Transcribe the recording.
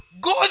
go